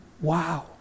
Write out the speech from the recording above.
Wow